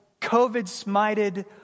COVID-smited